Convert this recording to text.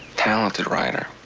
talented writer.